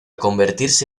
convertirse